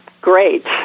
great